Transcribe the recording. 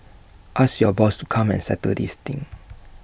ask your boss to come and settle this thing